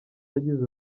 yagize